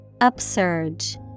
Upsurge